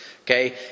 Okay